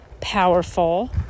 powerful